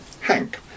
Hank